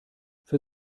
für